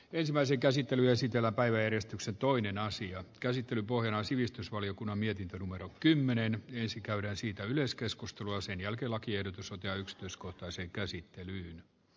ensimmäisen käsittely esitellä päiväjärjestyksen toinen asian käsittelyn pohjana on sivistysvaliokunnan mietintö numero kymmenen ensin käydään siitä ylös keskustelua senjälkelakiehdotus ja yksityiskohtaisen käsittelyn